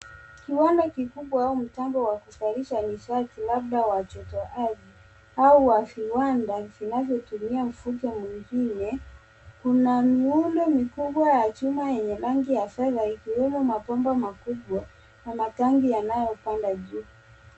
Kiwanda kikubwa au mtambo wa kuzalisha nishati labda wa joto ardhi au wa viwanda kinachotumia mvuke mwingine. Kuna miundo mikubwa ya chuma yenye rangi ya fedha ikiwemo mabomba makubwa na matangi yanayopanda juu.